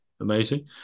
amazing